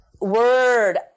Word